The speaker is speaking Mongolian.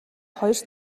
хоёр